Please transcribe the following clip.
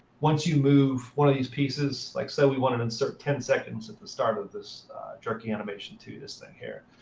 once you move one of these pieces like say we want to insert ten seconds at the start of this jerky animation two, this thing here,